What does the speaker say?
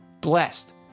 blessed